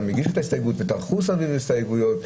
גם הגישו את ההסתייגות וטרחו סביב הסתייגויות,